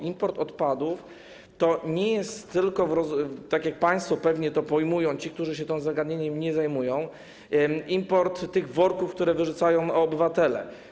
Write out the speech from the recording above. Import odpadów to nie jest tylko - tak jak państwo pewnie to pojmują, ci, którzy się tym zagadnieniem nie zajmują - import tych worków, które wyrzucają obywatele.